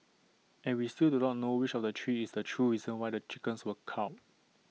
and we still do not know which of the three is the true reason why the chickens were culled